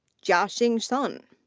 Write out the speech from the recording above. jiaxin sun.